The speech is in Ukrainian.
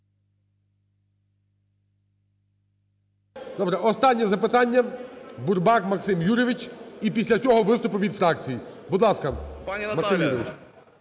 Добре. Останнє запитання, Бурбак Максим Юрійович. І після цього – виступи від фракцій. Будь ласка, Максим Юрійович.